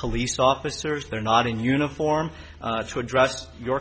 police officers they're not in uniform to address your